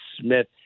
Smith